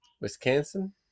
Wisconsin